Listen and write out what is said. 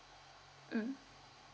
mm